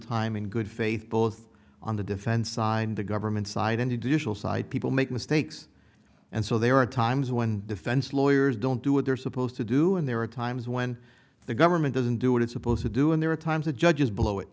time in good faith both on the defense signed the government side and additional side people make mistakes and so there are times when defense lawyers don't do what they're supposed to do and there are times when the government doesn't do what it's supposed to do and there are times the judges below it